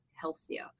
healthier